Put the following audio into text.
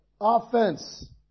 offense